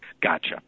Gotcha